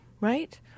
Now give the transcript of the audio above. right